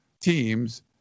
teams